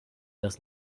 das